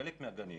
חלק מהגנים